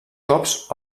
cops